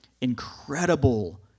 incredible